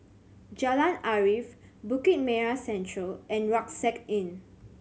Jalan Arif Bukit Merah Central and Rucksack Inn